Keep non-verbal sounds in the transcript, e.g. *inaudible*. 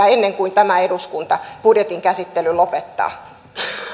*unintelligible* ennen kuin tämä eduskunta budjetin käsittelyn lopettaa